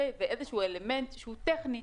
ואיזשהו אלמנט שהוא טכני,